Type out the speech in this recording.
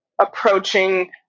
approaching